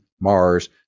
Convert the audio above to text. Mars